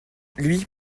lui